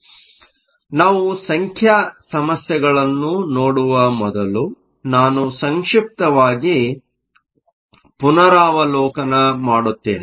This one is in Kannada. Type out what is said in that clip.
ಆದ್ದರಿಂದ ನಾವು ಸಂಖ್ಯಾ ಸಮಸ್ಯೆಗಳನ್ನು ನೋಡುವ ಮೊದಲು ನಾನು ಸಂಕ್ಷಿಪ್ತವಾಗಿ ಪುನರಾವಲೋಕನ ಮಾಡುತ್ತೇನೆ